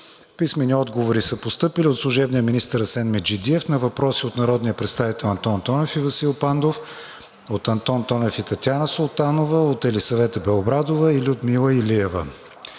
Писмени отговори са постъпили от: – служебния министър Асен Меджидиев на въпроси от народните представители Антон Тонев и Васил Пандов; от Антон Тонев и Татяна Султанова; от Елисавета Белобрадова и Людмила Илиева;